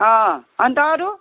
अँ अन्त अरू